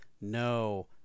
no